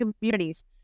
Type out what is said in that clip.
communities